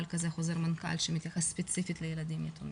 כזה בחוזר מנכ"ל שמתייחס ספציפית לילדים יתומים.